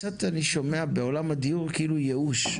אני שומע בעולם הדיור כאילו ייאוש,